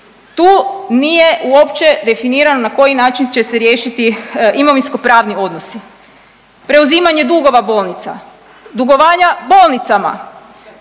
Tu nije uopće definirano na koji način će se riješiti imovinsko pravni odnosi, preuzimanja dugova bolnica, dugovanja bolnicama,